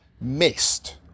missed